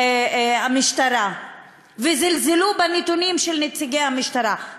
המשטרה וזלזלו בנתונים של נציגי המשטרה.